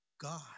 God